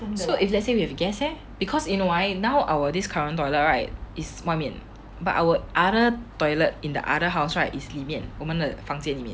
so if let's say we have a guest leh because you know why now our this current toilet right is 外面的 but our other toilet in the other house right is 里面我们的房间里面